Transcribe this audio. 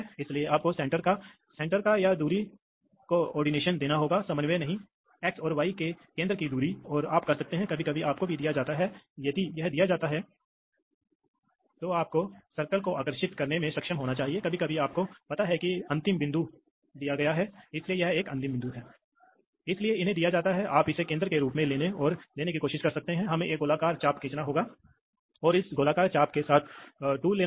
इसलिए यह स्थिति यह दबाव जो यहां विकसित होगा यहां कहीं होने वाला है यहां आपके पास निकास दबाव है यहां आप पर पायलट दबाव है इसलिए यहां दबाव है आप जानते हैं बीच में कहीं अब जैसे आप यह और करीब लाते हैं यहां आपके पास नोजल है इसलिए आप फ्लैपर को करीब और करीब ला रहे हैं इसलिए आप फ्लैपर को बंद कर रहे हैं आप नोजल को बंद कर रहे हैं